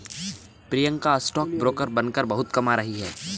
Priyanka stock broker बनकर बहुत कमा रही है